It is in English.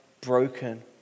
broken